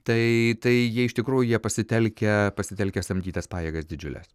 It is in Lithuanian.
tai tai jie iš tikrųjų jie pasitelkę pasitelkę samdytas pajėgas didžiules